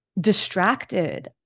distracted